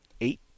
Eight